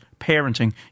parenting